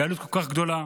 בעלות כל כך גדולה?